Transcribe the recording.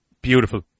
beautiful